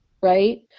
Right